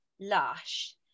lush